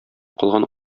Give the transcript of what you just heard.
калган